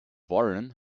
warren